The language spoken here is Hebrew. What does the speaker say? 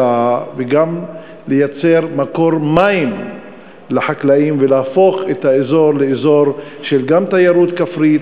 גם לייצר מקור מים לחקלאים וגם להפוך את האזור לאזור של תיירות כפרית,